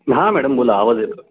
हां मॅडम बोला आवाज येतो